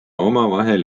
omavahel